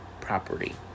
property